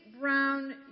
brown